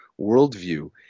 worldview